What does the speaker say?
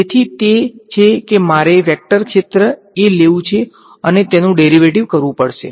તેથી તે છે કે મારે વેક્ટર ક્ષેત્ર લેવુ છે અને પછી તેનુ ડેરીવેટીવ કરવુ પડશે